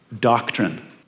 doctrine